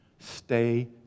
Stay